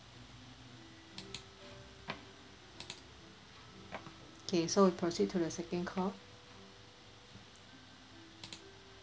okay so we proceed to the second call